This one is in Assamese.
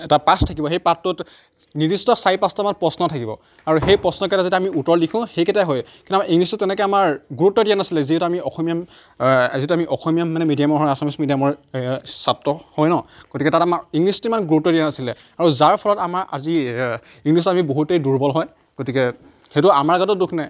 এটা পাঠ থাকিব সেই পাঠটোত নিৰ্দিষ্ট চাৰি পাঁচটামান প্ৰশ্ন থাকিব আৰু সেই প্ৰশ্নকেইটা যেতিয়া আমি উত্তৰ লিখোঁ সেইকেইটাই হয় কিন্তু আমাৰ ইংলিছত তেনেকৈ আমাৰ গুৰুত্ব দিয়া নাছিলে যিহেতু আমি অসমীয়া যিহেতু আমি অসমীয়া মানে মিডিয়ামৰ হয় আছামিছ মিডিয়ামৰ ছাত্ৰ হয় ন গতিকে তাত আমাৰ ইংলিছটো ইমান গুৰুত্ব দিয়া নাছিলে আৰু যাৰ ফলত আমাৰ আজি ইংলিছত আমি বহুতেই দুৰ্বল হয় গতিকে সেইটো আমাৰ গাতো দোষ নাই